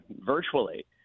virtually